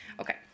Okay